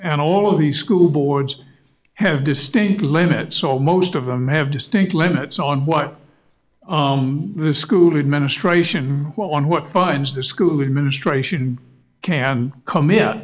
and all of the school boards have distinct limits so most of them have distinct limits on what the school administration what on what fines the school administration can com